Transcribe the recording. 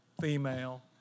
female